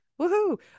woohoo